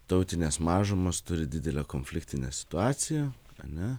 tautinės mažumos turi didelę konfliktinę situaciją ane